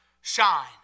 shine